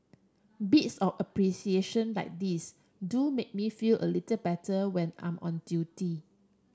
bits of appreciation like these do make me feel a little better when I'm on duty